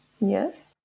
yes